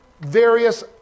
various